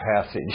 passage